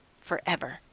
forever